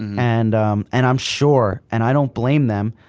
and and i'm sure, and i don't blame them,